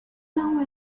know